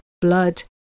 blood